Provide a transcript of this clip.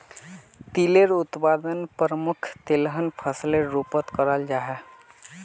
तिलेर उत्पादन प्रमुख तिलहन फसलेर रूपोत कराल जाहा